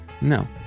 No